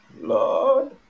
Lord